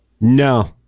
No